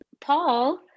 Paul